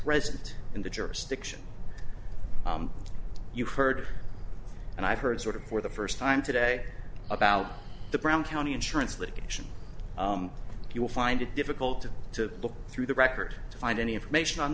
present in the jurisdiction you heard and i've heard sort of for the first time today about the brown county insurance litigation you will find it difficult to look through the record to find any information on